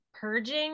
purging